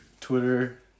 Twitter